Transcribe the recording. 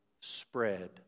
spread